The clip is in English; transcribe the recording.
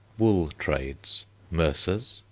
wool trades mercers.